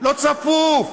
לא צפוף.